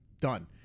Done